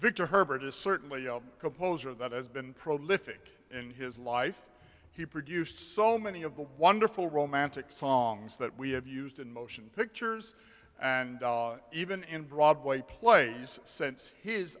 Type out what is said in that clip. victor herbert is certainly a composer that has been prolific in his life he produced so many of the wonderful romantic songs that we have used in motion pictures and even in broadway plays sense his